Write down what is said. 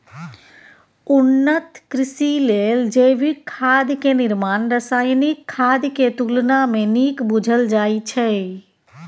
उन्नत कृषि लेल जैविक खाद के निर्माण रासायनिक खाद के तुलना में नीक बुझल जाइ छइ